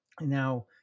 Now